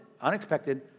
unexpected